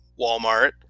walmart